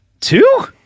Two